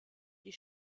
die